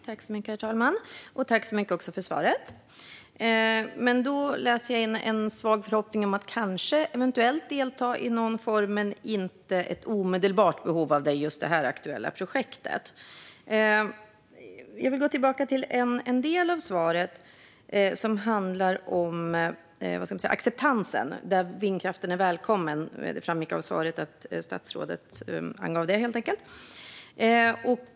Herr talman! Jag tackar statsrådet för svaret. Jag läser in att det finns ett visst hopp om att man eventuellt kan delta i någon form men att man inte ser ett omedelbart behov att delta i just det aktuella projektet. Låt mig gå tillbaka till en del av interpellationssvaret som handlade om acceptansen, det vill säga där vindkraften är välkommen.